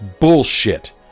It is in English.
bullshit